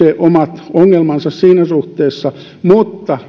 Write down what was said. omat ongelmansa siinä suhteessa mutta